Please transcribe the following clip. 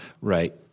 Right